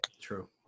True